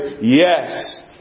Yes